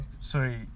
sorry